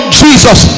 jesus